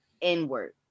inward